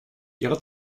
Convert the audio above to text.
ihre